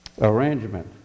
arrangement